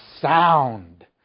sound